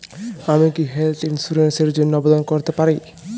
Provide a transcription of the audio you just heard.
আমি কি health insurance র জন্য আবেদন করতে পারি?